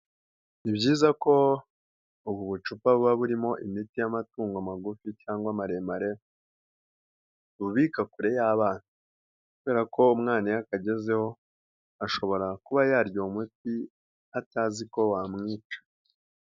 Ni byiza ko ubu bucupa buba burimo imiti y'amatungo magufi cyangwa maremare, ububika kure y'abana kubera ko umwana iyo akagezeho, ashobora kuba yarya uwo muti, atazi ko wamwica.